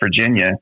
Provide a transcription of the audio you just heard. Virginia